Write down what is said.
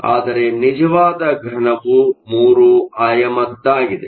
ಆದರೆ ನಿಜವಾದ ಘನವು 3 ಆಯಾಮದದ್ದಾಗಿದೆ